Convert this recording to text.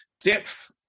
depth